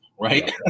right